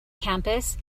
campus